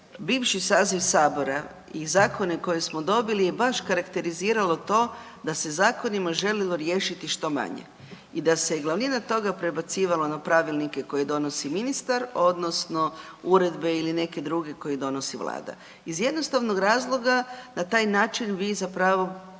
bivši saziv Sabora i zakone koje smo dobili je baš karakteriziralo to da se zakonima željelo riješiti što manje i da se glavnina toga prebacivalo na pravilnike koje donosi ministar odnosno uredbe ili neke druge, koje donosi Vlada iz jednostavnog razloga, na taj način vi zapravo